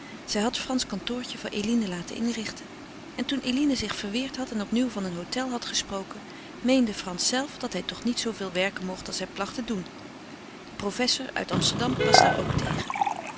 zij had frans kantoortje voor eline laten inrichten en toen eline zich verweerd had en opnieuw van een hôtel had gesproken meende frans zelve dat hij toch niet zooveel werken mocht als hij placht te doen de professor uit amsterdam was daar ook tegen